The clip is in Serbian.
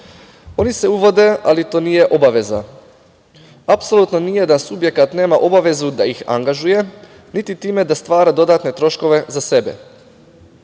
oni se uvode, ali to nije obaveza. Apsolutno nije da subjekat nema obavezu da ih angažuje, niti time da stvara dodatne troškove za sebe.